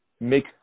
make